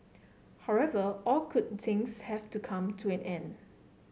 however all good things have to come to an end